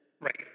Right